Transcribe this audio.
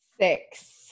six